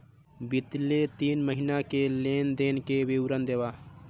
बितले तीन महीना के लेन देन के विवरण देवा?